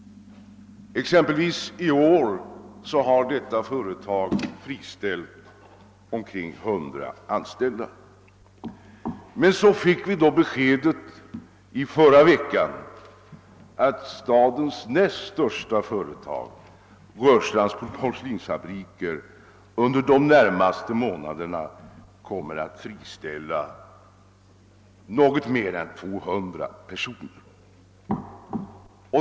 I år har detta företag t.ex. friställt omkring 100 anställda. Men så fick vi i förra veckan beskedet att stadens näst största företag, Rörstrands Porslinsfabriker AB, under de närmaste månaderna kommer att friställa något mer än 200 personer.